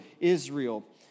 Israel